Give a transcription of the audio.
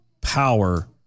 power